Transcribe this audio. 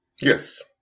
Yes